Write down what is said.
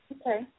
Okay